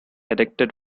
addicted